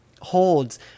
Holds